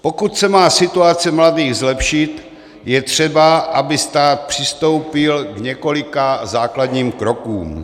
Pokud se má situace mladých zlepšit, je třeba, aby stát přistoupil k několika základním krokům.